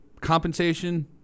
Compensation